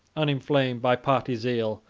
uninflamed by party zeal,